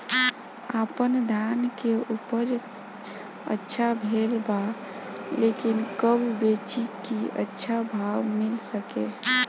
आपनधान के उपज अच्छा भेल बा लेकिन कब बेची कि अच्छा भाव मिल सके?